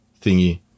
thingy